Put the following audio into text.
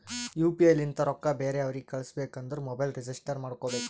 you P I ಲಿಂತ ರೊಕ್ಕಾ ಬೇರೆ ಅವ್ರಿಗ ಕಳುಸ್ಬೇಕ್ ಅಂದುರ್ ಮೊಬೈಲ್ ರಿಜಿಸ್ಟರ್ ಮಾಡ್ಕೋಬೇಕ್